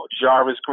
Jarvis